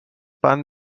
bahn